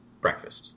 breakfast